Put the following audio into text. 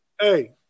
hey